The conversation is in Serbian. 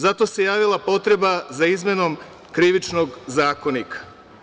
Zato se javila potreba za izmenom Krivičnog zakonika.